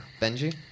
Benji